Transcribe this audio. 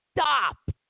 stop